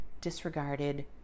disregarded